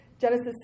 Genesis